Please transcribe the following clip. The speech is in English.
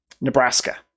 Nebraska